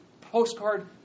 postcard